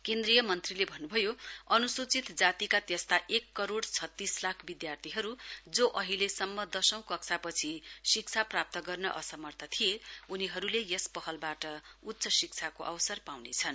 केन्द्रीय मन्त्रीले भन्नुभयो अनुसूचित जातिका त्यस्ता एक करोड़ छत्तीस लाख विद्यार्थीहरु जो अहिलेसम्म दशौं कक्षापछि शिक्षा प्राप्त गर्न असमर्थ थिए उनीहरुले यस पहलबाट उच्च शिक्षाको अवसर पाउनेछन्